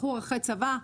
בחור אחרי צבא,